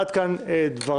עד כאן דבריי.